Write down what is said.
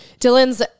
Dylan's